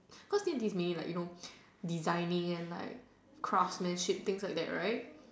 cause D and T is mainly designing and you know craftsmanship things like that right